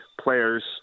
players